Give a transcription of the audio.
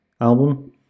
album